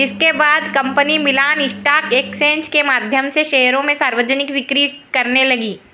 इसके बाद company Milan stock exchange के माध्यम से शेयरों की सार्वजनिक बिक्री करने लगी